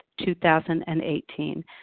2018